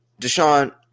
Deshaun